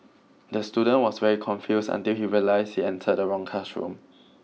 the student was very confused until he realized he entered the wrong classroom